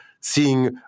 seeing